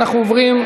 אנחנו עוברים,